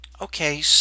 okay